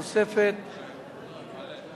(דחיית תוספת לקצבאות ילדים).